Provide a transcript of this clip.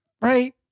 Right